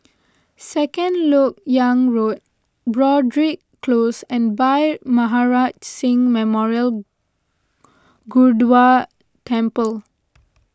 Second Lok Yang Road Broadrick Close and Bhai Maharaj Singh Memorial Gurdwara Temple